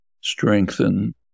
strengthen